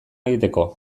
egiteko